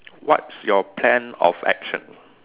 what's your plan of action